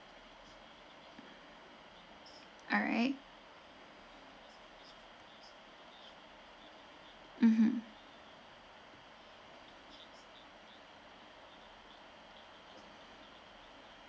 alright mmhmm